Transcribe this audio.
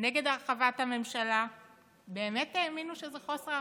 נגד הרחבת הממשלה באמת האמינו שזה חוסר אחריות.